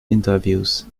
interviews